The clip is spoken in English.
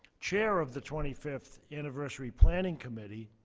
chair of the twenty fifth anniversary planning committee,